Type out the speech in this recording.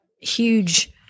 huge